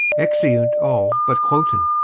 exeunt all but cloten